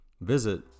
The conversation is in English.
visit